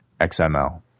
XML